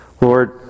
Lord